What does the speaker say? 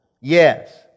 Yes